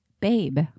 Babe